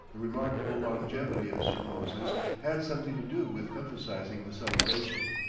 the remarkable longevity of sir moses had something to do with emphasizing the celebration.